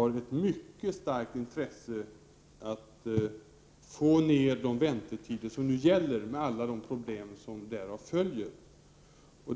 finns ett mycket starkt intresse av att få ner de väntetider som nu gäller, med alla problem som följer med dem.